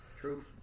True